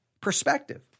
Perspective